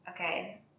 Okay